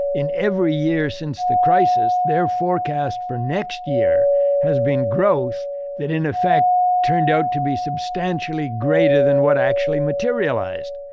in every year since the crisis, their forecast for next year has been growth that in effect turned out to be substantially greater than what actually materialized.